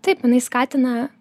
taip jinai skatina